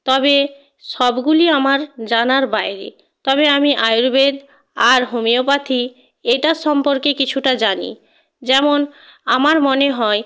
তবে সবগুলি আমার জানার বাইরে তবে আমি আয়ুর্বেদ আর হোমিওপ্যাথি এটার সম্পর্কে কিছুটা জানি যেমন আমার মনে হয়